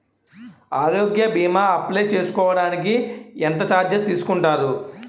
ఆరోగ్య భీమా అప్లయ్ చేసుకోడానికి ఎంత చార్జెస్ తీసుకుంటారు?